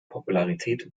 popularität